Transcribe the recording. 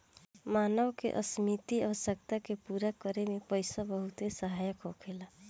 मानव के असीमित आवश्यकता के पूरा करे में पईसा बहुत सहायक होखेला